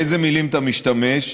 באילו מילים אתה משתמש.